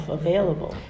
available